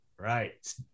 Right